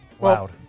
Wow